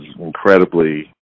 incredibly